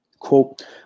Quote